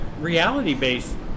reality-based